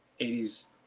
80s